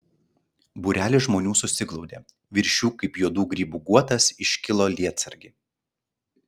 būrelis žmonių susiglaudė virš jų kaip juodų grybų guotas iškilo lietsargiai